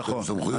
נכון.